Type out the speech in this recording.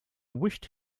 wished